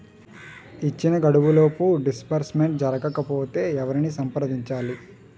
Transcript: ఇచ్చిన గడువులోపు డిస్బర్స్మెంట్ జరగకపోతే ఎవరిని సంప్రదించాలి?